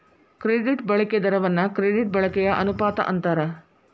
credit ಬಳಕೆ ದರವನ್ನ credit ಬಳಕೆಯ ಅನುಪಾತ ಅಂತಾರ